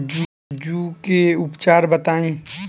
जूं के उपचार बताई?